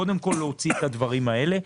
קודם כול, להוציא את הדברים האלה.